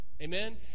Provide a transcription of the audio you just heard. Amen